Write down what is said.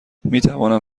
میتوانم